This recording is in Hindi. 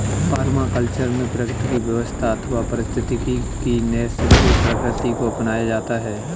परमाकल्चर में प्रकृति की व्यवस्था अथवा पारिस्थितिकी की नैसर्गिक प्रकृति को अपनाया जाता है